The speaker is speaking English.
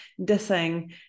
dissing